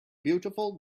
beautiful